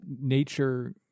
nature